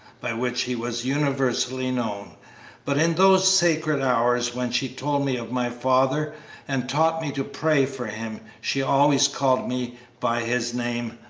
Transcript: by which he was universally known but in those sacred hours when she told me of my father and taught me to pray for him, she always called me by his name,